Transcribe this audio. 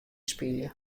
spylje